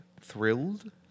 thrilled